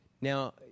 Now